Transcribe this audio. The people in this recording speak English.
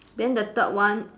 then the third one